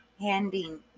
handing